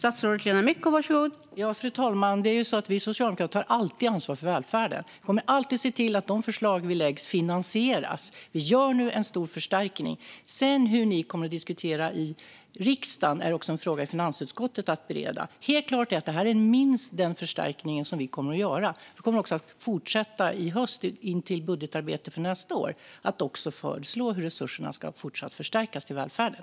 Fru talman! Vi socialdemokrater tar alltid ansvar för välfärden. Vi kommer alltid att se till att de förslag vi lägger fram finansieras. Vi gör nu en stor förstärkning. Hur ni sedan kommer att diskutera i riksdagen är en fråga för finansutskottet att bereda. Helt klart är att detta är minst den förstärkning vi kommer att göra. Vi kommer också att i höstens budgetarbete inför nästa år föreslå hur resurserna till välfärden fortsatt ska förstärkas.